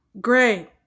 Great